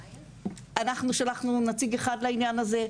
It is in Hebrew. אנחנו שלחנו נציג אחד לעניין הזה,